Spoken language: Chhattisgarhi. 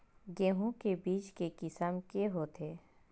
गेहूं के बीज के किसम के होथे?